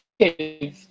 Okay